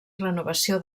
renovació